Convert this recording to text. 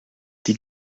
die